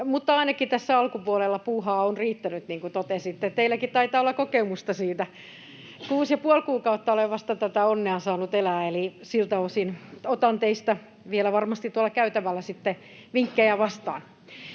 ja ainakin tässä alkupuolella puuhaa on riittänyt, niin kuin totesitte. Teilläkin taitaa olla kokemusta siitä. Vasta kuusi ja puoli kuukautta olen tätä onnea saanut elää, eli siltä osin otan teiltä varmasti vielä tuolla käytävällä sitten vinkkejä vastaan.